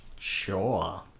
Sure